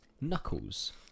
Knuckles